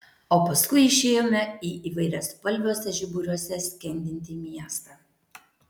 o paskui išėjome į įvairiaspalviuose žiburiuose skendintį miestą